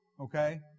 okay